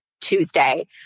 Tuesday